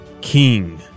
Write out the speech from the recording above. King